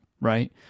right